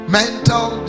mental